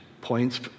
points